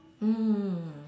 mm